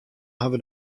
hawwe